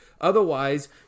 otherwise